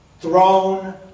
throne